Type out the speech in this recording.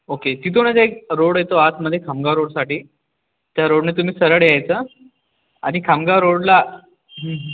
okay तिथूनच एक road येतो आतमध्ये खामगाव रोडसाठी त्या रोडने तुम्ही सरळ यायचं आणि खामगाव रोडला